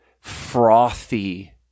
frothy